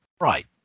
right